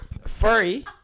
Furry